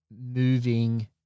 moving